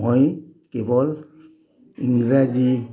মই কেৱল ইংৰাজী